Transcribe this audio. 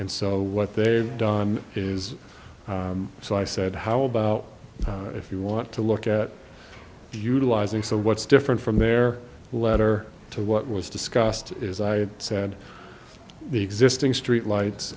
and so what they've done is so i said how about if you want to look at duty lies and so what's different from their letter to what was discussed is i said the existing streetlights